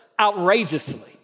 outrageously